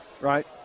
right